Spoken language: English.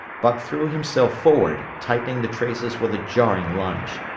buck threw himself forward, tightening the traces with a jarring lunge.